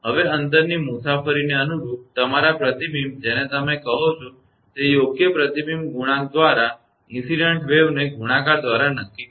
હવે અંતરની મુસાફરીને અનુરૂપ તમારા પ્રતિબિંબ જેને તમે કહો છો તે યોગ્ય પ્રતિબિંબ ગુણાંક દ્વારા ઇન્સીડંટ તરંગને ગુણાકાર દ્વારા નક્કી કરો છો